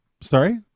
Sorry